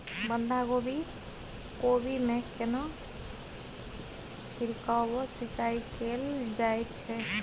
बंधागोभी कोबी मे केना छिरकाव व सिंचाई कैल जाय छै?